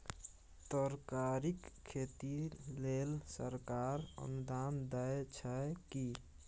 तरकारीक खेती लेल सरकार अनुदान दै छै की?